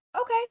Okay